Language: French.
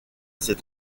ses